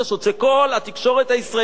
שכל התקשורת הישראלית,